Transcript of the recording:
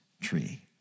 tree